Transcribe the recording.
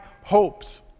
hopes